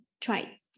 try